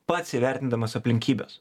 pats įvertindamas aplinkybes